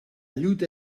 lluita